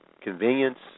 convenience